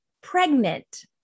pregnant